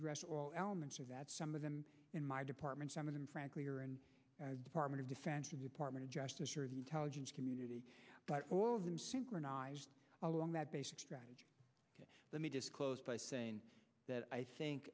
address all elements of that some of them in my department some of them frankly are in department of defense or department of justice or of the intelligence community but all of them synchronized along that basic strategy let me just close by saying that i think